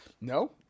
No